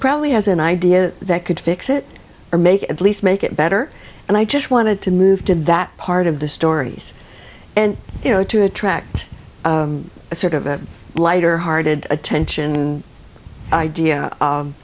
probably has an idea that could fix it or make it at least make it better and i just wanted to move to that part of the stories and you know to attract a sort of a lighter hearted attention idea